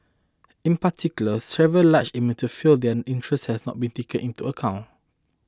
in particular several large emitters felt that their interests had not been taken into account